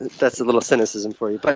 that's a little cynicism for you. but